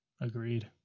Agreed